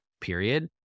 period